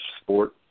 sport